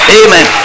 amen